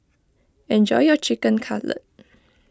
enjoy your Chicken Cutlet